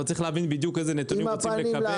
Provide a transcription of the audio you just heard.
אבל צריך להבין בדיוק איזה נתונים רוצים לקבל.